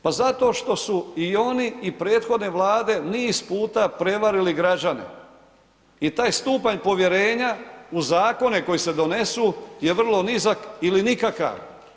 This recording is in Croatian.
Pa zato što su i oni i prethodne vlade niz puta prevarili građane i taj stupanj povjerenja u zakone koji se donesu je vrlo nizak ili nikakav.